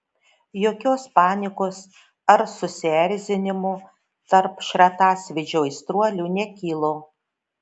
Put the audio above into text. jokios panikos ar susierzinimo tarp šratasvydžio aistruolių nekilo